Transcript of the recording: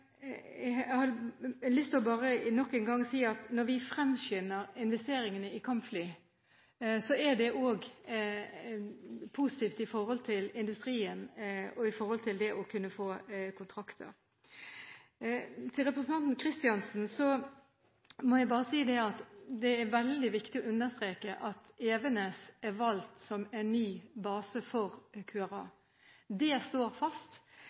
Jeg har lyst til bare nok en gang å si at når vi fremskynder investeringene i kampfly, er det også positivt med tanke på industrien og det å kunne få kontrakter. Til representanten Kristiansen må jeg bare si at det er veldig viktig å understreke at Evenes er valgt som en ny base for QRA – det står fast.